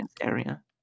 area